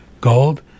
gold